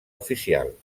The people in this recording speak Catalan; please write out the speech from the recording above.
oficial